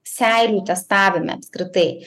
seilių testavime apskritai